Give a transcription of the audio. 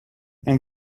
and